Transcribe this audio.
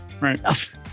right